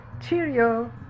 Cheerio